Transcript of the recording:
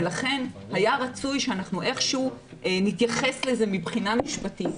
לכן היה רצוי שאנחנו איכשהו נתייחס לזה מבחינה משפטית.